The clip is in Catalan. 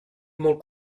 molt